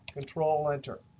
control center.